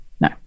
No